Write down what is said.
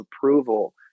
approval